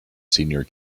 senior